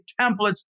templates